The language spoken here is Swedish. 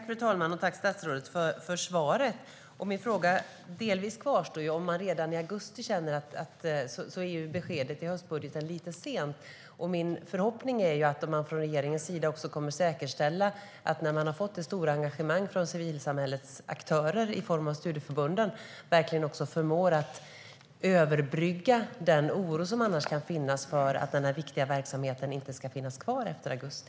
Fru talman! Tack, statsrådet, för svaret! Min fråga kvarstår delvis. Om man redan i augusti känner att pengarna börjar ta slut kommer beskedet i höstbudgeten att komma lite sent. Min förhoppning är att regeringen kommer att säkerställa att det stora engagemanget från civilsamhällets aktörer, i form av studieförbunden, ska finnas kvar. Jag hoppas att regeringen förmår att överbrygga oron för att den viktiga verksamheten inte kommer att finnas kvar efter augusti.